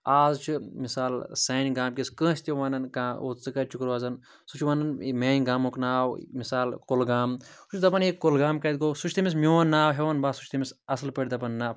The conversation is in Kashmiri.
اَز چھُ مِثال سانہِ گامٕکِس کٲنٛسہِ تہِ وَنان کانٛہہ او ژٕ کَتہِ چھُکھ روزان سُہ چھُ وَنان میٛانہِ گامُک ناو مِثال کُلگام سُہ چھُ دَپان یہِ کُلگام کَتہِ گوٚو سُہ چھُ تٔمِس میٛون ناو ہٮ۪وان بَس سُہ چھُ تٔمِس اَصٕل پٲٹھۍ دَپان نہَ